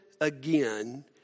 again